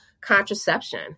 contraception